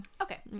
Okay